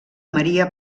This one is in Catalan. maria